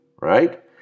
right